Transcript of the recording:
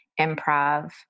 improv